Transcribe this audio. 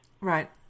Right